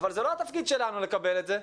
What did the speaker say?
אבל זה לא התפקיד שלנו לקבל את זה.